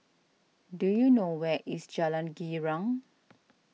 do you know where is Jalan Girang